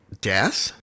Death